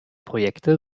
projekte